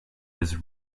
his